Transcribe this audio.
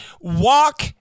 Walk